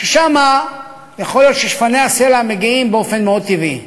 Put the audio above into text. שלשם יכול להיות ששפני הסלע מגיעים באופן מאוד טבעי,